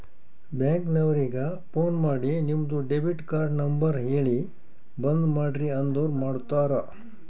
bank ನವರಿಗ phone ಮಾಡಿ ನಿಮ್ದು ಡೆಬಿಟ್ ಕಾರ್ಡ್ ನಂಬರ್ ಹೇಳಿ ಬಂದ್ ಮಾಡ್ರಿ ಅಂದುರ್ ಮಾಡ್ತಾರ